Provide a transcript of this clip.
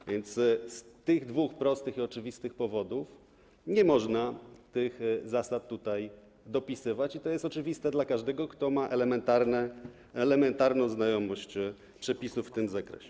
A więc z tych dwóch prostych i oczywistych powodów nie można tych zasad tutaj dopisywać i to jest oczywiste dla każdego, kto ma elementarną znajomość przepisów w tym zakresie.